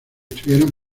estuvieron